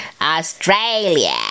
Australia